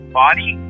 body